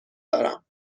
دارم